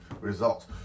results